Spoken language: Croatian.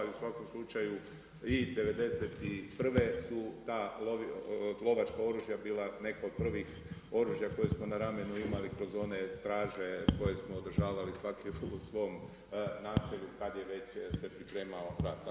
I u svakom slučaju i '91. su ta lovačka oružja bila neka od prvih oružja koje smo na ramenu imali kroz one straže koje smo održavali svaki u svom naselju kad je već se pripremao rat.